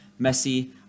Messi